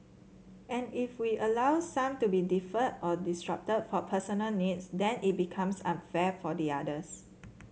and if we allow some to be deferred or disrupted for personal needs then it becomes unfair for the others